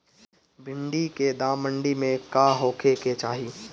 भिन्डी के दाम मंडी मे का होखे के चाही?